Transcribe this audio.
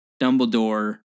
Dumbledore